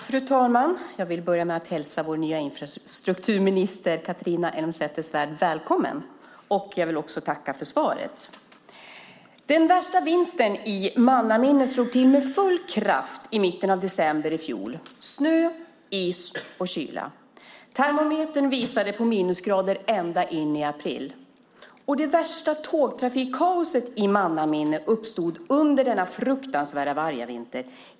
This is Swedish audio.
Fru talman! Jag vill börja med att hälsa vår nya infrastrukturminister, Catharina Elmsäter-Svärd, välkommen, och jag vill också tacka för svaret. Den värsta vintern i mannaminne slog till med full kraft i mitten av december i fjol. Det var snö, is och kyla. Termometern visade på minusgrader ända in i april. Det värsta tågtrafikkaoset i mannaminne uppstod under denna fruktansvärda vargavinter.